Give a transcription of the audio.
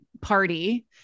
party